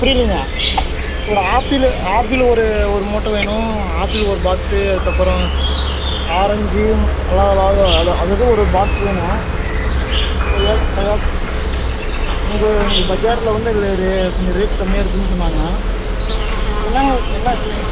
புரியலிங்க ஒரு apple apple ஒரு ஒரு மூட்டை வேணும் ஆப்பிள் ஒரு பாக்ஸ்ஸு அதுக்கப்புறோம் ஆரஞ்சியும் அது அது ஒரு பாக்ஸ் வேணும் கொய்யா கொய்யா உங்கள் உங்கள் பஜாரில் வந்து ரே கொஞ்சம் ரேட் கம்மியாருக்குன்னு சொன்னாங்க என்னாங்க என்ன